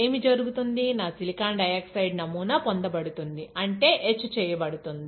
ఏమి జరుగుతుంది నా సిలికాన్ డయాక్సైడ్ నమూనా పొందబడుతుంది అంటే ఎచ్ చేయబడుతుంది